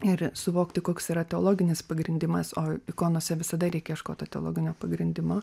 ir suvokti koks yra teologinis pagrindimas o ikonose visada reikia ieškot to teologinio pagrindimo